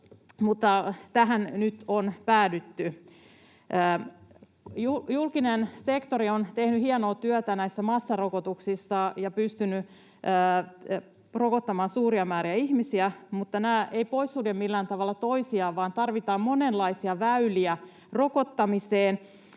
tähän nyt on päädytty. Julkinen sektori on tehnyt hienoa työtä näissä massarokotuksissa ja pystynyt rokottamaan suuria määriä ihmisiä, mutta nämä eivät sulje pois millään tavalla toisiaan, vaan tarvitaan monenlaisia väyliä rokottamiseen.